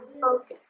focus